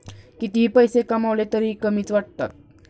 कितीही पैसे कमावले तरीही कमीच वाटतात